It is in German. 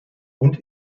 und